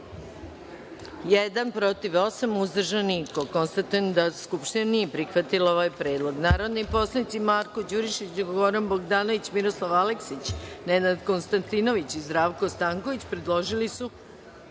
– osam, uzdržanih – nema. Konstatujem da Skupština nije prihvatila ovaj Predlog. Narodni poslanici Marko Đurišić, Goran Bogdanović, Miroslav Aleksić, Nenad Konstantinović i Zdravko Stanković predložili su